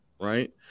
right